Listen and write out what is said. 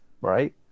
right